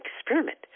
experiment